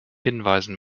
hinweisen